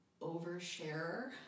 oversharer